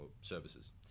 services